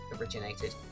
originated